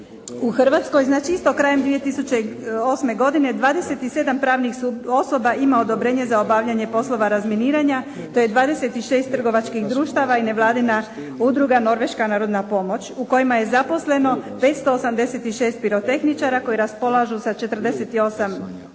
U Hrvatskoj znači isto krajem 2008. godine 27 pravnih osoba ima odobrenje za obavljanje poslova razminiranja. To je 26 trgovačkih društava i nevladina udruga Norveška narodna pomoć u kojima je zaposleno 586 pirotehničara koji raspolažu sa 48